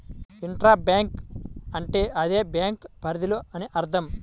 intra bank అంటే అదే bank పరిధిలో అని అర్థం